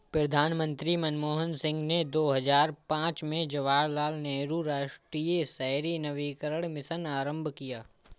प्रधानमंत्री मनमोहन सिंह ने दो हजार पांच में जवाहरलाल नेहरू राष्ट्रीय शहरी नवीकरण मिशन आरंभ किया